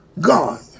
God